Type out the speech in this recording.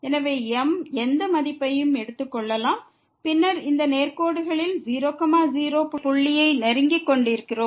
எனவே m எந்த மதிப்பையும் எடுத்துக் கொள்ளலாம் பின்னர் இந்த நேர்கோடுகளில் 0 0 இங்கே புள்ளியை நெருங்கிக் கொண்டிருக்கிறோம்